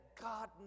God